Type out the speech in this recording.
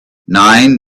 nine